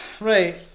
Right